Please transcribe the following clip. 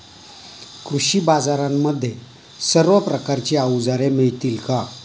कृषी बाजारांमध्ये सर्व प्रकारची अवजारे मिळतील का?